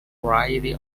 variety